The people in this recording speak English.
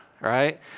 right